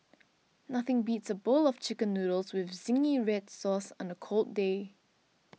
nothing beats a bowl of Chicken Noodles with Zingy Red Sauce on a cold day